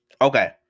Okay